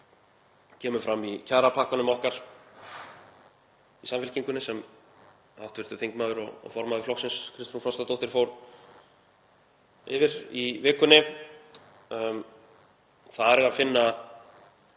sem kemur fram í kjarapakkanum okkar í Samfylkingunni sem hv. þingmaður og formaður flokksins, Kristrún Frostadóttir, fór yfir í vikunni. Þar er að finna